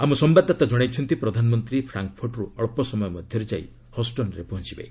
ଆମ ସମ୍ଭାଦଦାତା ଜଣାଇଛନ୍ତି ପ୍ରଧାନମନ୍ତ୍ରୀ ଫ୍ରାଙ୍କ୍ଫର୍ଟ୍ରୁ ଅକ୍ଷ ସମୟ ମଧ୍ୟରେ ଯାଇ ହଷ୍ଟନ୍ରେ ପହଞ୍ଚବେ